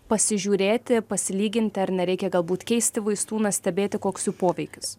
pasižiūrėti pasilyginti ar nereikia galbūt keisti vaistų na stebėti koks jų poveikis